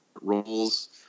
roles